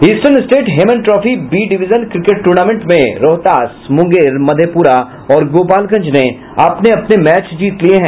eastern state Hemant trophy B division cricket tournament में रोहतास मुंगेर मधेपुरा और गोपालगंज ने अपने अपने मैच जीत लिये हैं